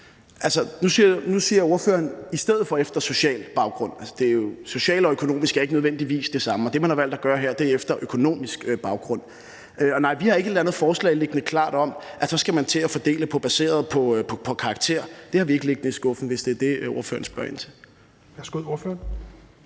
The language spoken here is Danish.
Nu siger ordføreren »i stedet for efter social baggrund«. Social og økonomisk er ikke nødvendigvis det samme, og det, man har valgt at gøre her, er efter økonomisk baggrund. Nej, vi har ikke et eller andet forslag liggende klart om, at så skal man til at fordele baseret på karakterer. Det har vi ikke liggende i skuffen, hvis det er det, ordføreren spørger ind til.